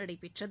நடைபெற்றது